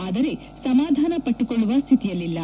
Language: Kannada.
ಆದರೆ ಸಮಾಧಾನ ಪಟ್ಟುಕೊಳ್ಳುವ ಸ್ಥಿತಿಯಲ್ಲಿಲ್ಲ